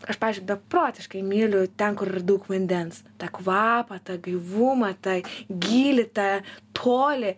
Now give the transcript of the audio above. aš pavyzdžiui beprotiškai myliu ten kur yra daug vandens tą kvapą tą gaivumą tą gylį tą tolį